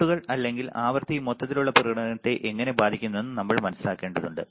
പ്ലോട്ടുകൾ അല്ലെങ്കിൽ ആവൃത്തി മൊത്തത്തിലുള്ള പ്രകടനത്തെ എങ്ങനെ ബാധിക്കുമെന്ന് നമ്മൾ മനസിലാക്കേണ്ടതുണ്ട്